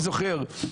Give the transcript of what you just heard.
זוכר,